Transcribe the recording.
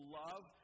love